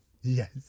Yes